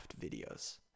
videos